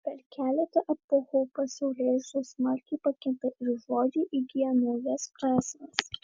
per keletą epochų pasaulėžiūra smarkiai pakinta ir žodžiai įgyja naujas prasmes